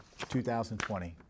2020